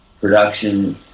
production